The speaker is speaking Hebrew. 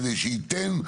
כדי שייתן,